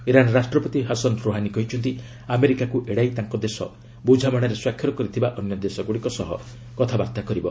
Iran ରାଷ୍ଟ୍ରପତି Hassan Rouhani କହିଛନ୍ତି ଆମେରିକାକୁ ଏଡ଼ାଇ ତାଙ୍କ ଦେଶ ବୁଝାମଣାରେ ସ୍ୱାକ୍ଷର କରିଥିବା ଅନ୍ୟ ଦେଶଗୁଡ଼ିକ ସହ କଥାବାର୍ତ୍ତା କରିବ